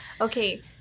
Okay